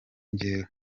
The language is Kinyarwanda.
njyewe